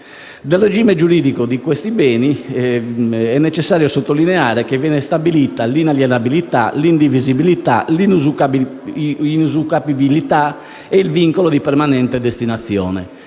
al regime giuridico di questi beni è necessario sottolineare che ne viene stabilita l'inalienabilità, l'indivisibilità, l'inusucapibilità e il vincolo di permanente destinazione.